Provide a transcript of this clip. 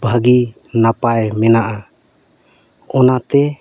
ᱵᱷᱟᱹᱜᱤ ᱱᱟᱯᱟᱭ ᱢᱮᱱᱟᱜᱼᱟ ᱚᱱᱟᱛᱮ